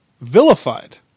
vilified